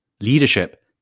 Leadership